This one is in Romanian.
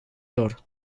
lor